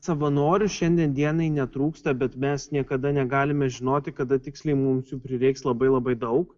savanorių šiandien dienai netrūksta bet mes niekada negalime žinoti kada tiksliai mums jų prireiks labai labai daug